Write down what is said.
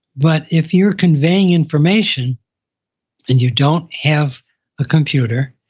but if you're conveying information and you don't have a computer,